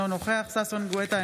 אינו נוכח ששון ששי גואטה,